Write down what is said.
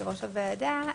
יושב-ראש הוועדה,